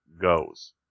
goes